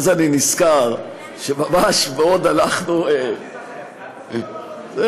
אז אני נזכר שממש בעוד אנחנו, אל תיזכר.